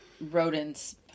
rodents